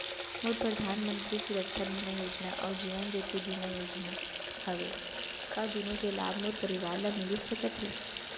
मोर परधानमंतरी सुरक्षा बीमा योजना अऊ जीवन ज्योति बीमा योजना हवे, का दूनो के लाभ मोर परवार ल मिलिस सकत हे?